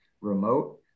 remote